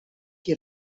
qui